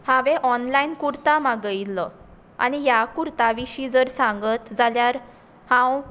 हांवेन ऑनलायन कुर्ता मागयल्लो आनी ह्या कुर्ता विशीं सांगत जाल्यार हांव